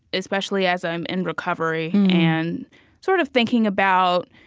especially as i'm in recovery, and sort of thinking about,